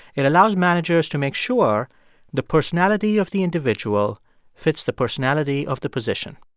it allows managers to make sure the personality of the individual fits the personality of the position.